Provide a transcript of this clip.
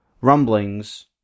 rumblings